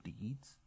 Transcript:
deeds